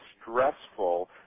stressful